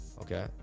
okay